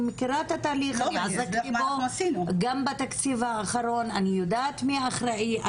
גם בתקציב האחרון אני יודעת מי האחראי.